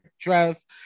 dress